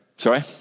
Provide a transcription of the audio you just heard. Sorry